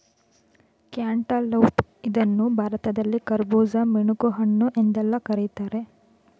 cantaloupe ಇದನ್ನು ಭಾರತದಲ್ಲಿ ಕರ್ಬುಜ, ಮಿಣಕುಹಣ್ಣು ಎಂದೆಲ್ಲಾ ಕರಿತಾರೆ